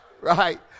right